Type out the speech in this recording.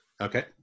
Okay